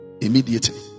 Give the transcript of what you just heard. immediately